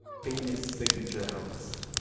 famous signature hoax?